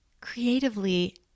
creatively